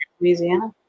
Louisiana